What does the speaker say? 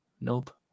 Nope